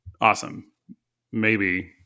awesome—maybe